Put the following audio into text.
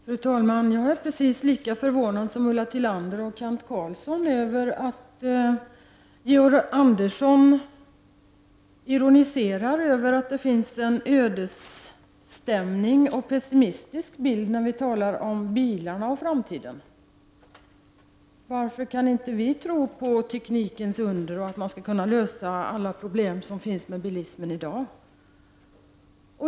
Fru talman! Jag är precis lika förvånad som Ulla Tillander och Kent Carlsson över att Georg Andersson ironiserar över att det finns en ödesstämning och en pessimistisk bild när vi talar om bilarna i framtiden. Varför kan inte vi tro på teknikens under och på att man skall kunna lösa alla problem som finns med bilismen i dag?